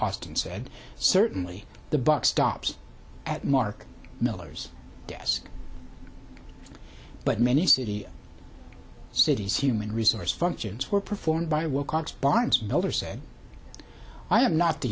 austin said certainly the buck stops at marc miller's desk but many city the city's human resource functions were performed by wilcox barns miller said i am not the